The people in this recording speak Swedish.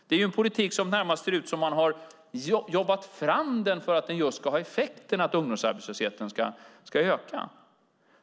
Det är en politik som närmast ser ut som att man jobbat fram den för att den ska ha effekten att ungdomsarbetslösheten ska öka.